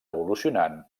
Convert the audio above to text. evolucionant